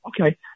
Okay